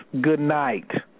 Goodnight